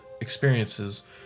experiences